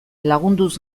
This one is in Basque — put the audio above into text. lagunduz